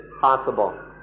possible